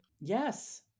Yes